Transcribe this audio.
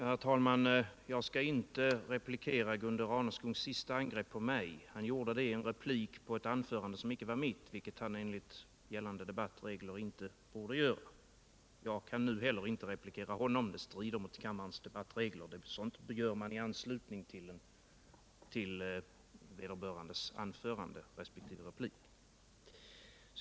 Herr talman! Jag skall inte replikera Gunde Raneskogs sista angrepp på mig. Han gjorde det i en replik på ett anförande som icke var mitt, vilket han enligt gällande debattregler inte borde göra. Jag kan nu heller inte replikera honom, det strider mot kammarens debattregler. Sådant gör man i anslutning till vederbörandes anförande resp. replik.